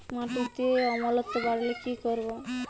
মাটিতে অম্লত্ব বাড়লে কি করব?